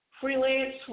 freelance